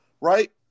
right